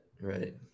Right